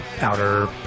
outer